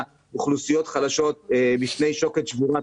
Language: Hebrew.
אוכלוסיות חלשות בפני שוקת שבורה,